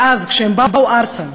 ואז, כשהם באו ארצה,